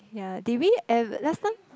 ya did we eve~ last time